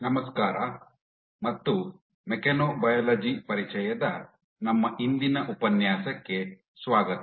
ನಮಸ್ಕಾರ ಮತ್ತು ಮೆಕ್ಯಾನೊಬಯಾಲಜಿ ಪರಿಚಯದ ನಮ್ಮ ಇಂದಿನ ಉಪನ್ಯಾಸಕ್ಕೆ ಸ್ವಾಗತ